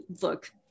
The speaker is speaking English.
look